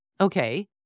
Okay